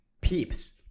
Peeps